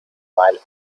mile